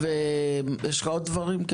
יש לך עוד דברים?